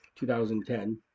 2010